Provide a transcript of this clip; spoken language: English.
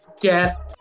death